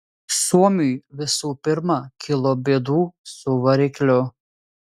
suomiui visų pirma kilo bėdų su varikliu